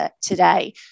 today